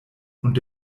und